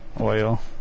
Oil